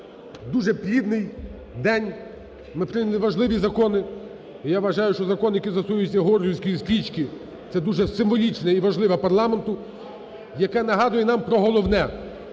дуже плідний день, ми прийняли важливі закони. І, я вважаю, що закон, який стосується георгіївської стрічки, це дуже символічне і важливе парламенту, яке нагадує нам про головне,